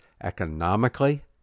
economically